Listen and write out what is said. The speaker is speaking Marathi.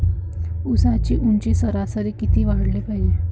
ऊसाची ऊंची सरासरी किती वाढाले पायजे?